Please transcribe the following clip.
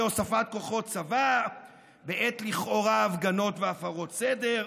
הוספת כוחות צבא בעת הפגנות והפרות סדר,